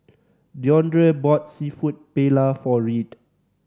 Deondre bought Seafood Paella for Reed